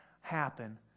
happen